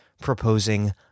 proposing